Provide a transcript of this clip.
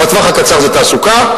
בטווח הקצר זה תעסוקה,